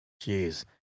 Jeez